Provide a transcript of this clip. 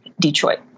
Detroit